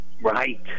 Right